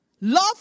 Love